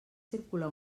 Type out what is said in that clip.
circula